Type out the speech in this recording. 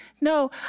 No